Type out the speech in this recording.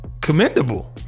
commendable